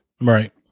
Right